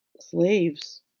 slaves